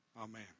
Amen